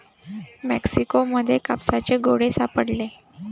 Mexico मध्ये कापसाचे गोळे सापडले